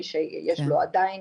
מי שיש לו עדיין